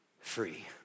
free